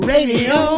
Radio